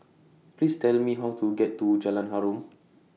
Please Tell Me How to get to Jalan Harum